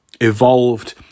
Evolved